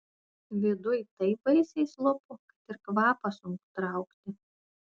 viduj taip baisiai slopu kad ir kvapą sunku traukti